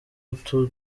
utu